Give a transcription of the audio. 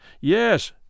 Yes